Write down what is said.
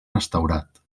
restaurat